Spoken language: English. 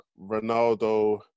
Ronaldo